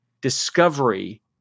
discovery